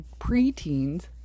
preteens